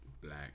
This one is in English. Black